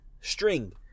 string